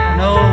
no